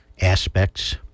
aspects